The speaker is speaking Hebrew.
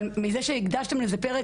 אבל מעצם זה שהקדשתם לזה פרק,